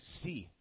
see